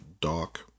dark